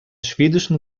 schwedischen